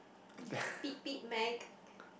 pit pit Mac